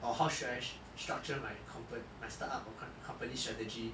or how should I sh~ structure my compa~ my start up or co~ company strategy